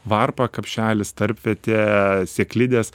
varpa kapšelis tarpvietė sėklidės